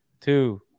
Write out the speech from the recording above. two